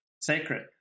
sacred